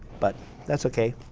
but that's okay.